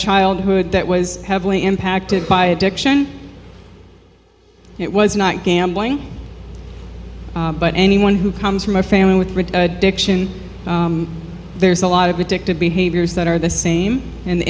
childhood that was heavily impacted by addiction it was not gambling but anyone who comes from a family with addiction there's a lot of addictive behaviors that are the same and the